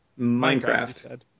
Minecraft